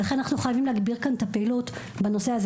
לכן, אנחנו חייבים להגביר את הפעילות בנושא הזה.